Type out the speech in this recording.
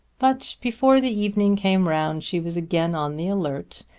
but before the evening came round she was again on the alert,